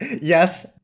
Yes